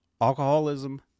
alcoholism